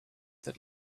that